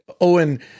owen